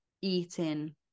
eating